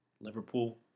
Liverpool